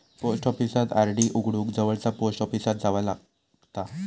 post ऑफिसात RD उघडूक जवळचा पोस्ट ऑफिसात जावा लागता